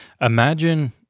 Imagine